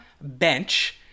bench